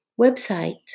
website